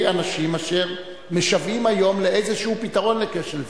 אנשים אשר משוועים היום לאיזה פתרון לכשל זה,